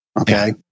Okay